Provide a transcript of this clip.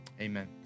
amen